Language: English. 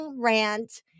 rant